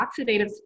oxidative